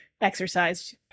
exercise